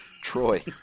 Troy